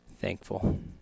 Thankful